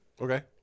Okay